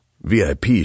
VIP